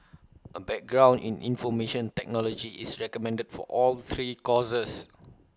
A background in information technology is recommended for all three courses